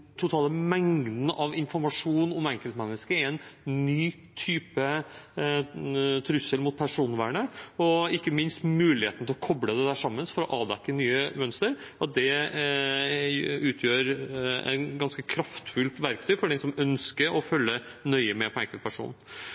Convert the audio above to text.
trussel mot personvernet, og ikke minst utgjør muligheten til å koble dette sammen for å avdekke nye mønster et ganske kraftfullt verktøy for dem som ønsker å følge nøye med på